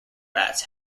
bats